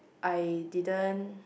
I didn't